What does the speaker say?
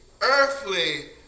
earthly